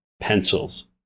pencils